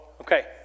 okay